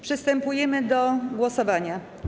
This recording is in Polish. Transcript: Przystępujemy do głosowania.